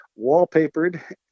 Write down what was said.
wallpapered